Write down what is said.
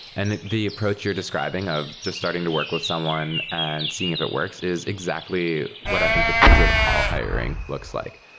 and the approach you're describing of just starting to work with someone and seeing if it works is exactly what i think the future of all hiring looks like.